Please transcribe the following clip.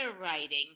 writing